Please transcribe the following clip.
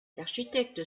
l’architecte